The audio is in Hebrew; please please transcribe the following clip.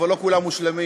אבל לא כולם מושלמים,